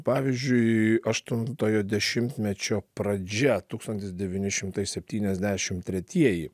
pavyzdžiui aštuntojo dešimtmečio pradžia tūkstantis devyni šimtai septyniasdešimt tretieji